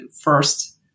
first